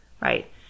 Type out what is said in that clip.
Right